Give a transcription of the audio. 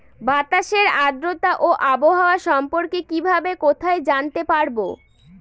বাতাসের আর্দ্রতা ও আবহাওয়া সম্পর্কে কিভাবে কোথায় জানতে পারবো?